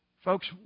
Folks